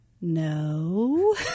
No